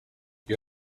you